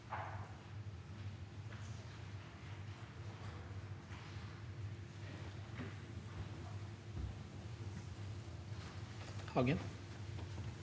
Hagen